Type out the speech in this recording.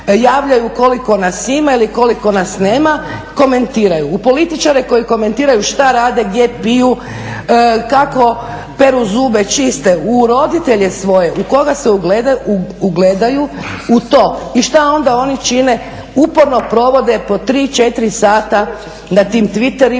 koliko nas ima ili koliko nas nema, komentiraju. U političare koji komentiraju šta rade, gdje piju, kako peru zube, čiste, u roditelje svoje, u koga se ugledaju? U to. I šta onda oni čine? Uporno provode po 3, 4 sata na tim Twitterima,